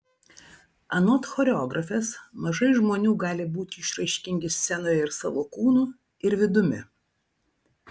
anot choreografės mažai žmonių gali būti išraiškingi scenoje ir savo kūnu ir vidumi